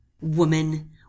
Woman